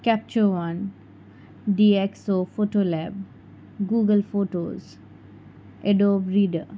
capture one DxO photo lab Google photos Adobe reader